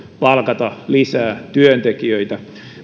palkata lisää työntekijöitä